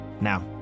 Now